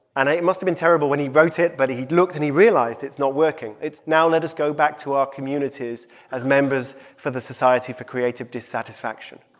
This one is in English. and it must've been terrible when he wrote it, but he looked and he realized it's not working. it's now let us go back to our communities as members for the society for creative dissatisfaction